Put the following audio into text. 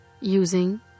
using